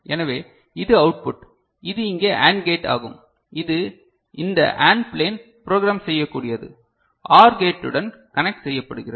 எனவே இது அவுட்புட் இது இங்கே AND கேட் ஆகும் இது இந்த AND ப்ளேன் ப்ரோக்ராம் செய்யக்கூடியது OR கேட்டுடன் கனெக்ட் செய்யப்படுகிறது